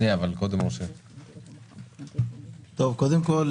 קודם כול,